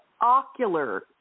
ocular